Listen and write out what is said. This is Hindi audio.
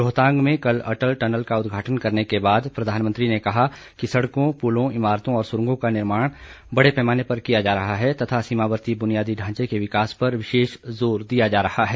रोहतांग में कल अटल टनल का उद्घाटन करने के बाद प्रधानमंत्री ने कहा कि सडकों पुलों इमारतों और सुरंगों का निर्माण बडे पैमाने पर किया जा रहा है तथा सीमावर्ती ब्र्नियादी ढांचे के विकास पर विशेष जोर दिया जा रहा है